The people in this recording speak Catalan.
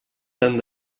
tant